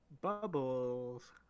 bubbles